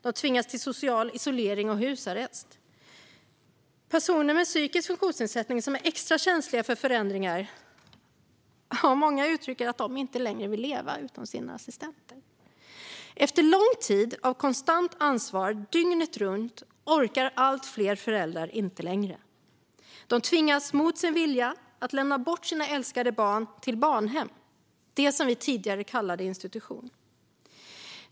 De tvingas till social isolering och husarrest. Många personer med psykisk funktionsnedsättning, som är extra känsliga för förändringar, uttrycker att de inte längre vill leva utan sina assistenter. Efter lång tid av konstant ansvar dygnet runt orkar allt fler föräldrar inte längre. De tvingas mot sin vilja att lämna bort sina älskade barn till barnhem, det som vi tidigare kallade institution.